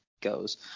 goes